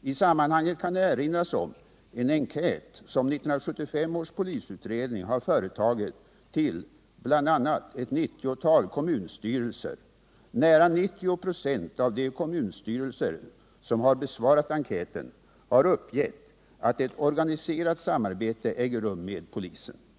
I sammanhanget kan erinras om en enkät som 1975 års polisutredning har företagit till bl.a. ett 90-tal kommunstyrelser. Nära 9096 av de kommunstyrelser som har besvarat enkäten har uppgett att ett organiserat samarbete äger rum med polisen.